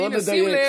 בוא נדייק,